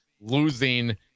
losing